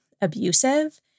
abusive